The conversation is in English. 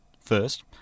First